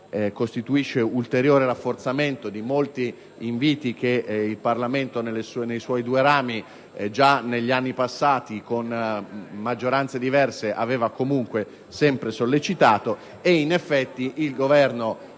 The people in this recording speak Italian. costituisce ulteriore rafforzamento di molti inviti che il Parlamento nei suoi due rami già negli anni passati con maggioranze diverse aveva sempre rivolto. E, in effetti, il Governo,